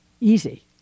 Easy